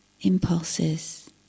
impulses